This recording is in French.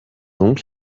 donc